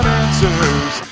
answers